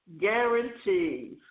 guarantees